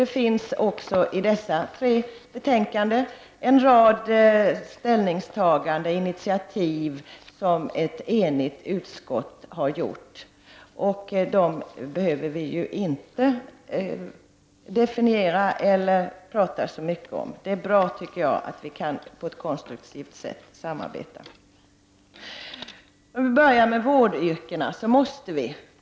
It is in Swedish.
Det finns också i dessa tre betänkanden en rad ställningstaganden och initiativ som ett enigt utskott står bakom, och dessa behöver vi ju inte tala så mycket om. Det är bra att vi på ett konstruktivt sätt kan samarbeta.